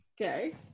okay